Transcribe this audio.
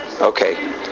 okay